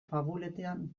fabuletan